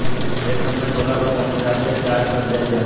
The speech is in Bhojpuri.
लेट पेमेंट होला पर कौनोजादे चार्ज कट जायी का?